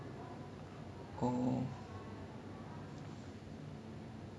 ya but like ஆரம்பத்துல நா பாக்கும்போது:aarambathula naa paakumppothu !wah! it's like you know gowtham vaasuthev menon right